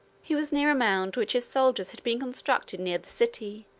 he was near a mound which his soldiers had been constructing near the city,